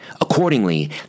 Accordingly